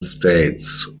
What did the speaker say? states